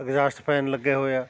exhaust fan ਲੱਗੇ ਹੋਏ ਆ